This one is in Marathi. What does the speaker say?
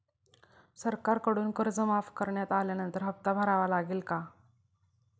सरकारकडून कर्ज माफ करण्यात आल्यानंतर हप्ता भरावा लागेल का?